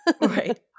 Right